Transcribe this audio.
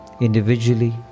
individually